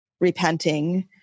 repenting